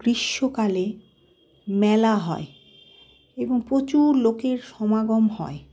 গ্রীষ্মকালে মেলা হয় এবং প্রচুর লোকের সমাগম হয়